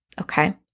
okay